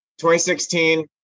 2016